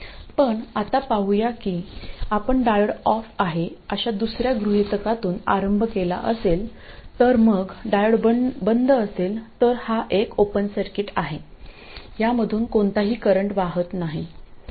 पण आता पाहूया की आपण डायोड ऑफ आहे अशा दुसर्या गृहितकातून आरंभ केला असेल तर मग डायोड बंद असेल तर हा एक ओपन सर्किट आहे यामधून कोणताही करंट वाहात नाही